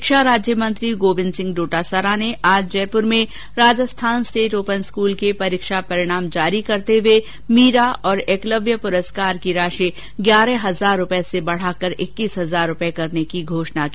शिक्षा राज्य मंत्री गोविंद सिंह डोटासरा ने आज जयपुर में राजस्थान स्टेट ओपन स्कल के परीक्षा परिणाम जारी करते हुए मीरा और एकलव्य पुरस्कार की राशि ग्यारह हजार रूपए से बढाकर इक्कीस हजार रूपए करने की घोषणा की